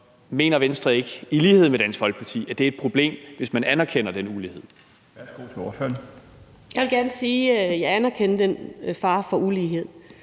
Mener Venstre ikke i lighed med Dansk Folkeparti, at det er et problem, hvis man anerkender den ulighed? Kl. 18:49 Den fg. formand